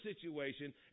situation